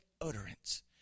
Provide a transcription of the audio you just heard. utterance